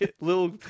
little